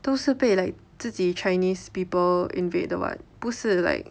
都是被 like 自己 chinese people invade 的 [what] 不是 like